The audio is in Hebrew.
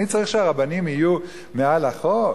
אני צריך שהרבנים יהיו מעל החוק?